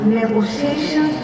negotiation